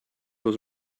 was